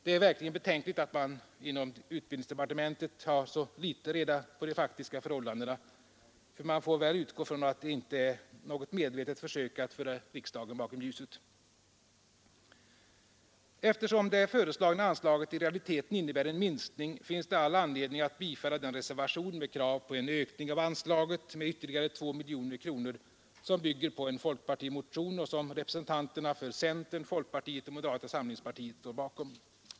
Det är verkligen betänkligt att man inom utbildningsdepar = lingsarbete inom tementet har så litet reda på de faktiska förhållandena — ty man kan väl skolväsendet utgå från att det inte är något medvetet försök att föra riksdagen bakom ljuset? Eftersom det föreslagna anslaget i realiteten innebär en minskning finns det all anledning att bifalla den reservation med krav på en ökning av anslaget med ytterligare 2 miljoner kronor, som bygger på en folkpartimotion och som representanterna för centern och folkpartiet står bakom.